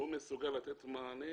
שמסוגל לתת מענה